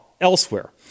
elsewhere